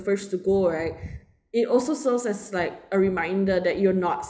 first to go right it also serves as like a reminder that you're not